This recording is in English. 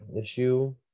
issue